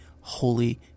holy